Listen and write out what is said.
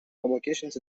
publications